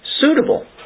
suitable